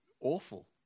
awful